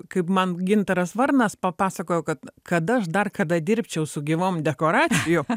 kaip man gintaras varnas papasakojo kad kad aš dar kada dirbčiau su gyvom dekoracijom